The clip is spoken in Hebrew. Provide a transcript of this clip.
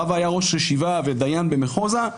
רבא היה ראש ישיבה ודיין במחוזא,